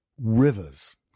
rivers